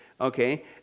okay